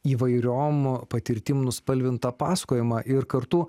įvairiom patirtim nuspalvintą pasakojimą ir kartu